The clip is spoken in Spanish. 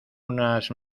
unas